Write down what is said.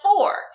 four